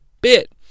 bit